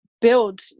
build